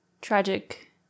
tragic